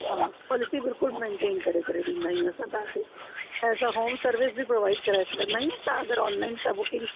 हा क्वालिटी बिल्कुलु मेनटेन करे करे ॾींदा आहियूं असां तव्हां खे ऐं असां होम सर्विस बि प्रोवाइड कराए छॾंदा आहियूं तव्हां अगरि ऑनलाइन तव्हां बुकिंग